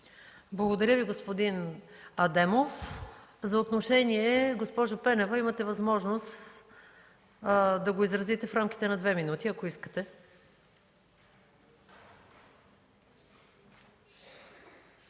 Благодаря, господин Адемов. За отношение, госпожо Пенева, имате възможност да го изразите в рамките на две минути, ако желаете.